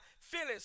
Phyllis